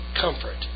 comfort